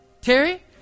Terry